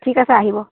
ঠিক আছে আহিব